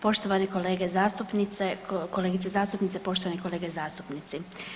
Poštovani kolege zastupnice, kolegice zastupnice, poštovani kolege zastupnici.